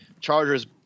Chargers